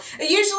usually